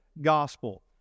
gospel